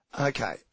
Okay